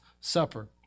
Supper